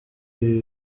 ibi